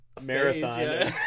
marathon